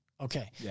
Okay